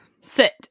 Sit